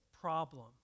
problem